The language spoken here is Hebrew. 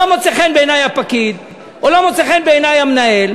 לא מוצא חן בעיני הפקיד או לא מוצא חן בעיני המנהל,